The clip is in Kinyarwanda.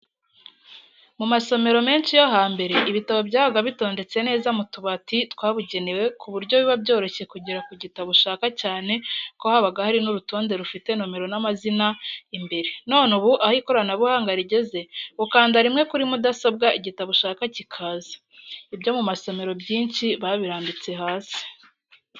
Mu masomero menshi yo hambere, ibitabo byabaga bitondetse neza mu tubati twabugenewe, ku buryo biba byoroshye kugera ku gitabo ushaka cyane ko habaga hari n'urutonde rufite nomero n'amazina imbere, none ubu aho ikorabuhanga rigeze, ukanda rimwe kuri mudasobwa igitabo ushaka kikaza. Ibyo mu masomero byinshi babirambitse hasi.